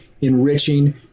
enriching